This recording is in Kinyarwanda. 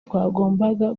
twagombaga